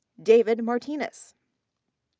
david martinus.